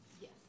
Yes